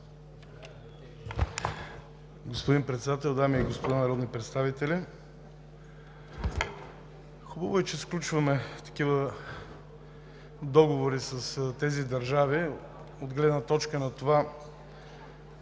Господин Председател, дами и господа народни представители! Хубаво е, че сключваме такива договори с тези държави от гледна точка на това